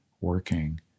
working